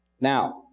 Now